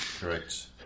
correct